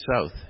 south